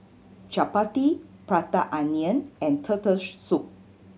chappati Prata Onion and turtle soup